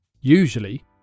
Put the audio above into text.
usually